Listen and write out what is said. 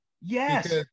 Yes